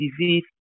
disease